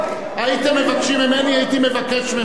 הייתם מבקשים ממני, הייתי מבקש ממנו.